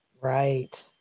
Right